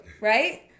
right